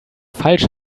falsch